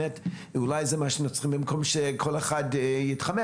אולי זה מה שאנחנו צריכים במקום שכל אחד יתחמק.